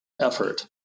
effort